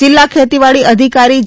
જીલ્લા ખેતીવાડી અધિકારી જે